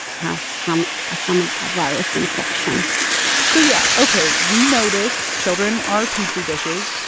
has some some ah virus infection so yeah, ok. we know this. children are petri dishes.